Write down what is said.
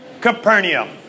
Capernaum